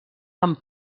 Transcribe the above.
amb